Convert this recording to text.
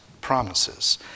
promises